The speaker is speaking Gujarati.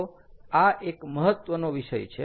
તો આ એક મહત્વનો વિષય છે